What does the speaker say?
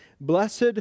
Blessed